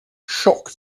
shock